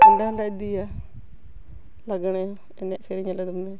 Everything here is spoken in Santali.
ᱚᱸᱰᱮ ᱦᱚᱞᱮ ᱤᱫᱤᱭᱟ ᱞᱟᱜᱽᱬᱮ ᱮᱱᱮᱡ ᱥᱮᱨᱮᱧᱟᱞᱮ ᱫᱚᱢᱮ